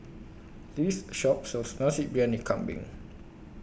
This Shop sells Nasi Briyani Kambing